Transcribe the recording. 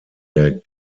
der